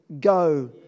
go